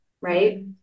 right